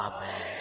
Amen